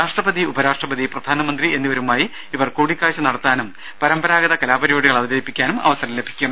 രാഷ്ട്രപതി ഉപരാഷ്ട്രപതി പ്രധാനമന്ത്രി എന്നിവരുമായി കൂടിക്കാഴ്ച്ച നടത്താനും പരമ്പാരാഗത കലാപരിപാടികൾ അവതരിപ്പിക്കാനും ഇവർക്ക് അവസരം ലഭിക്കും